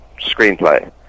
screenplay